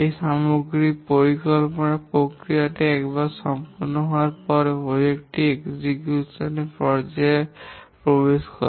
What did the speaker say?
এই সামগ্রিক পরিকল্পনা প্রক্রিয়াটি একবার সম্পন্ন করার পরে প্রকল্প টি সম্পাদন এর পর্যায়ে প্রবেশ করে